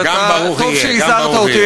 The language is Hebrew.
אבל טוב שהזהרת אותי,